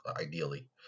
ideally